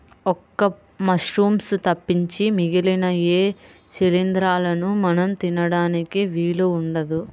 ఒక్క మశ్రూమ్స్ తప్పించి మిగిలిన ఏ శిలీంద్రాలనూ మనం తినడానికి వీలు ఉండదు